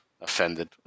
Offended